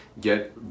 get